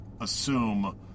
assume